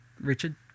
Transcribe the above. Richard